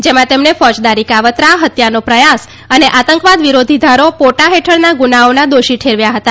જેમાં તેમને ફોજદારી કાવતરા ફત્યાનો પ્રથાસ અને આતંકવાદ વિરોધી ધારો ોટા હેઠળના ગુનાઓમાં દોષી ઠેરવ્યા હતા